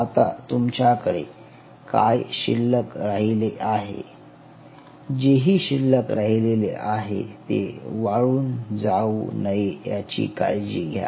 आता तुमच्याकडे काय शिल्लक राहिले आहे जे ही शिल्लक राहिलेले आहे ते वाळून जाऊ नये याची काळजी घ्या